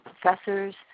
professors